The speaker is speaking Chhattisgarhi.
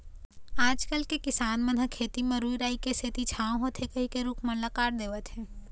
आजकल के किसान मन ह खेत म रूख राई के सेती छांव होथे कहिके रूख मन ल काट देवत हें